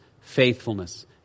faithfulness